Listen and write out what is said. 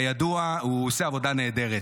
כידוע, הוא עושה עבודה נהדרת.